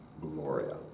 Gloria